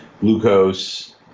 glucose